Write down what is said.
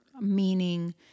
meaning